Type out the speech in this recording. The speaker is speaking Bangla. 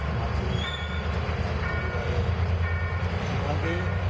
সমাজে এবং তার পরিবারে কীভাবে